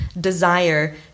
desire